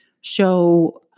show